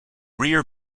rear